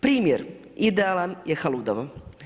Primjer idealan je Haludovo.